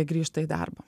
grįžta į darbą